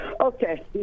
Okay